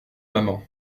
maman